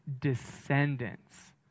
descendants